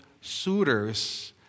suitors